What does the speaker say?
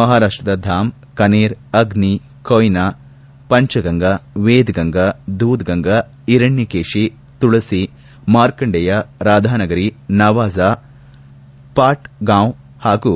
ಮಾಹಾರಾಷ್ಟದ ಧಾಮ್ ಕನೇರ್ ಅಗ್ನಿ ಕೊಯ್ನಾ ಪಂಚಗಂಗಾ ವೇದಗಂಗಾ ದೂದ್ಗಂಗಾ ಹಿರಣ್ಯಕೇಷಿ ತುಳಸಿ ಮಾರ್ಕೆಂಡೆಯ ರಾಧಾನಗರಿ ನವಜಾ ಪಾಟ್ಗಾಂವ್ ಹಾಗೂ